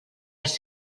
els